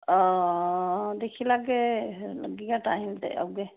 हां दिक्खी लैगे लग्गी गेआ टाइम ते औगे